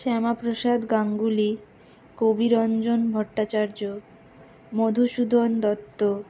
Shyamaprasad Ganguly Kabiranjan Bhattacharya Madhusudan Dutta